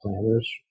planners